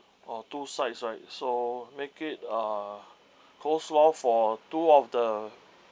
oh two sides right so make it uh coleslaw for two of the